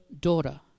daughter